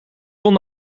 won